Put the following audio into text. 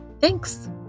Thanks